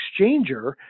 exchanger